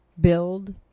build